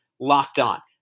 LOCKEDON